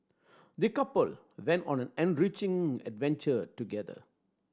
the couple went on an enriching adventure together